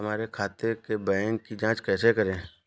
हमारे खाते के बैंक की जाँच कैसे करें?